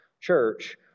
church